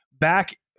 Back